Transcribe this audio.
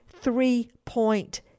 three-point